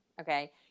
okay